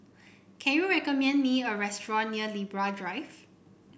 can you recommend me a restaurant near Libra Drive